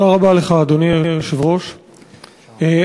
אדוני היושב-ראש,